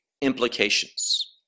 implications